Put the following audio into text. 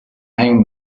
hang